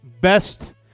best